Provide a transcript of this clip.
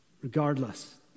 Regardless